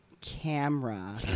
camera